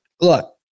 Look